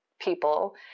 people